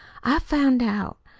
i found out.